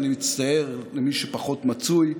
ואני מצטער בפני מי שפחות מצוי: